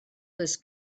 this